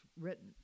written